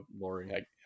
laurie